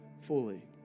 fully